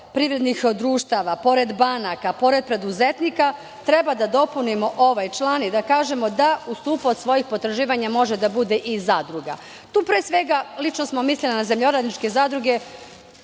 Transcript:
privrednih društava, banaka, preduzetnika, treba da dopunimo ovaj član i da kažemo da ustupaoc svojih potraživanja može da bude i zadruga. Tu smo mislili na zemljoradničke zadruge,